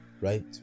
Right